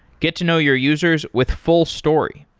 get to know your users with fullstory.